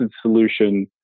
solution